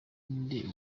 nde